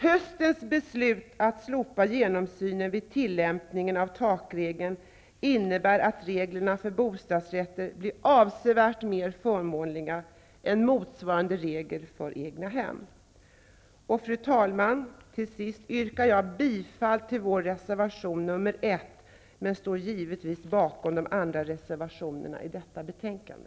Höstens beslut att slopa genomsynen vid tillämpningen av takregeln innebär att reglerna för bostadsrätter blir avsevärt mer förmånliga än motsvarande regel för egnahem. Fru talman! Till sist ber jag att få yrka bifall till vår reservation nr 1. Jag står givetvis också bakom våra övriga reservationer till detta betänkande.